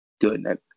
good